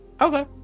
Okay